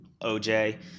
OJ